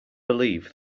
believe